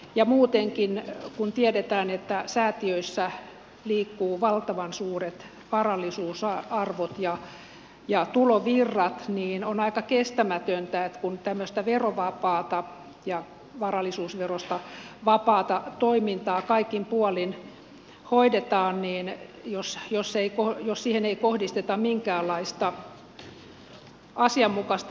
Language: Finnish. ja muutenkin kun tiedetään että säätiöissä liikkuvat valtavan suuret varallisuusarvot ja tulovirrat on aika kestämätöntä kun tämmöistä verovapaata varallisuusverosta vapaata toimintaa kaikin puolin hoidetaan niemeen jossain jos ei puhu jos siihen ei kohdisteta minkäänlaista asianmukaista valvontaa